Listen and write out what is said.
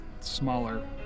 smaller